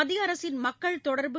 மத்திய அரசின் மக்கள் தொடர்பு